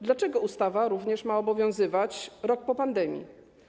Dlaczego ustawa również ma obowiązywać rok po pandemii?